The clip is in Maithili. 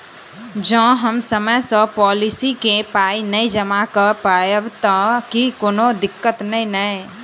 जँ हम समय सअ पोलिसी केँ पाई नै जमा कऽ पायब तऽ की कोनो दिक्कत नै नै?